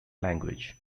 language